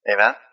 Amen